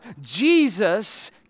Jesus